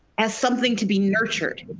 as something to be nurtured.